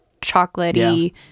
chocolatey